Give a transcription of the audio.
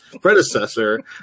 predecessor